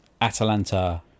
Atalanta